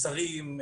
מסרים,